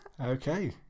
Okay